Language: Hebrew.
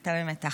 אתה במתח.